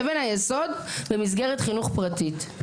אבן היסוד במסגרת חינוך פרטית.